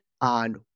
on